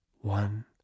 one